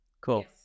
cool